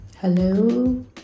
Hello